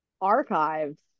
archives